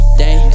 day